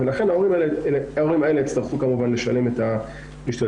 ולכן ההורים האלה יצטרכו לשלם את ההשתתפות.